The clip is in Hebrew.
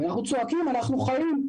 אנחנו צועקים: אנחנו חיים.